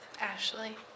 Ashley